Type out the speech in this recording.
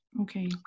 Okay